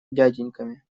дяденьками